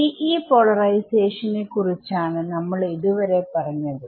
TE പോളറൈസേഷനെ കുറിച്ചാണ് നമ്മൾ ഇതുവരെ പറഞ്ഞത്